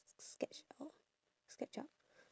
sketchup sketchup